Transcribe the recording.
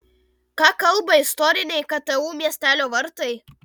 ką kalba istoriniai ktu miestelio vartai